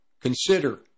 consider